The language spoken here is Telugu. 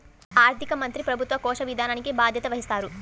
ఆర్థిక మంత్రి ప్రభుత్వ కోశ విధానానికి బాధ్యత వహిస్తారు